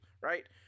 right